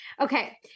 Okay